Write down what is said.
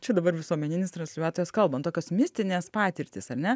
čia dabar visuomeninis transliuotojas kalba tokios mistinės patirtys ar ne